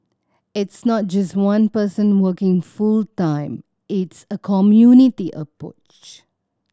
it's not just one person working full time it's a community approach